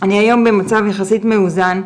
'אני היום במצב יחסית מאוזן,